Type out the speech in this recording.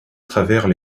travers